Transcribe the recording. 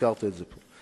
והזכרת את זה פה.